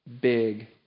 big